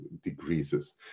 decreases